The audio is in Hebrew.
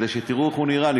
כדי שתראו איך הוא נראה.